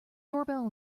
doorbell